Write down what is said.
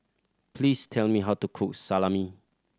please tell me how to cook Salami